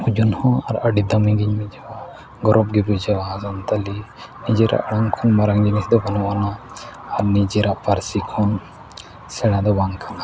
ᱳᱡᱚᱱ ᱦᱚᱸ ᱟᱨ ᱟᱹᱰᱤ ᱫᱟᱹᱢᱤ ᱜᱮᱧ ᱵᱩᱡᱷᱟᱹᱣᱟ ᱜᱚᱨᱚᱵ ᱜᱮ ᱵᱩᱡᱷᱟᱹᱣᱟ ᱥᱟᱱᱛᱟᱲᱤ ᱱᱤᱡᱮᱨᱟᱜ ᱟᱲᱟᱝ ᱠᱷᱚᱱ ᱢᱟᱨᱟᱝ ᱡᱤᱱᱤᱥ ᱫᱚ ᱵᱟᱹᱱᱩᱜ ᱟᱱᱟ ᱟᱨ ᱱᱤᱡᱮᱨᱟᱜ ᱯᱟᱹᱨᱥᱤ ᱠᱷᱚᱱ ᱥᱮᱬᱟ ᱫᱚ ᱵᱟᱝ ᱠᱟᱱᱟ